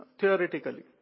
theoretically